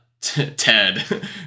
Ted